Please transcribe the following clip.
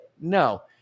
No